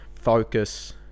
focus